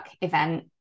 event